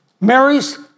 Mary's